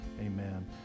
amen